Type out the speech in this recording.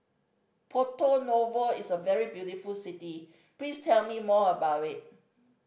Porto Novo is a very beautiful city please tell me more about it